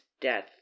death